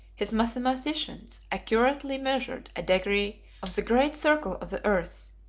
his mathematicians accurately measured a degree of the great circle of the earth,